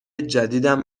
جدیدم